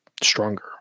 stronger